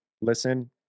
Listen